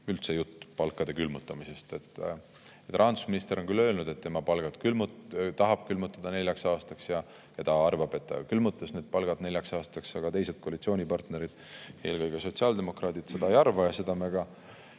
üldse jutt palkade külmutamisest. Rahandusminister on küll öelnud, et tema tahab palgad külmutada neljaks aastaks, ja ta arvab, et ta külmutaski palgad neljaks aastaks, aga teised koalitsioonipartnerid, eelkõige sotsiaaldemokraadid, seda ei arva. Seda oleme